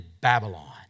Babylon